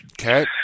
Okay